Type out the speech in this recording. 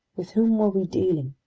with whom were we dealing?